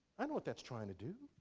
and what that's trying to do.